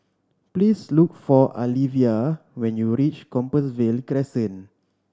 please look for Alivia when you reach Compassvale Crescent